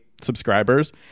subscribers